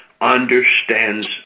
understands